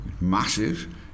massive